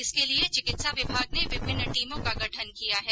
इसके लिये चिकित्सा विभाग ने विभिन्न टीमों का गठन किया है